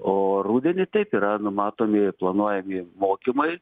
o rudenį taip yra numatomi planuojami mokymai